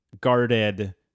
guarded